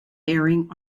bearing